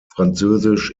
französisch